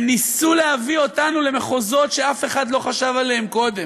הם ניסו להביא אותנו למחוזות שאף אחד לא חשב עליהם קודם.